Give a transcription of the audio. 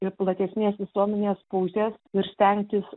ir platesnės visuomenės pusės ir stengtis